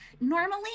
normally